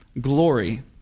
glory